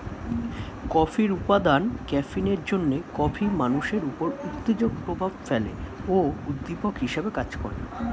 কফির উপাদান ক্যাফিনের জন্যে কফি মানুষের উপর উত্তেজক প্রভাব ফেলে ও উদ্দীপক হিসেবে কাজ করে